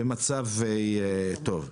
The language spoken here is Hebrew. במצב טוב.